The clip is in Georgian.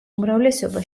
უმრავლესობა